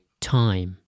time